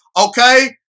okay